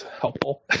helpful